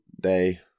day